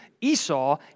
Esau